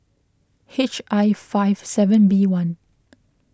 H I five seven B one